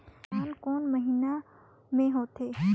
धान कोन महीना मे होथे?